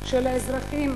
של האזרחים,